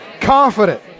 Confident